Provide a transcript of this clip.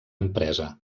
empresa